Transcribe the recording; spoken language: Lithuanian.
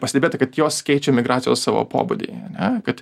pastebėta kad jos keičia migracijos savo pobūdį ane kad